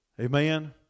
Amen